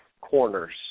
corners